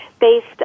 based